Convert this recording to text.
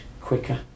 quicker